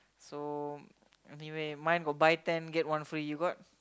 so anyway mine got buy ten get one free you got